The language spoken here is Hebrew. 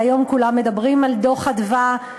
והיום כולם מדברים על דוח "מרכז אדוה",